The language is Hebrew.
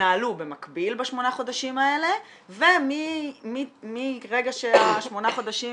במקביל בשמונה חודשים האלה ומרגע שהשמונה חודשים